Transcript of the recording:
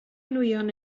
nwyon